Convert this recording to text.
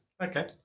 Okay